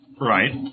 Right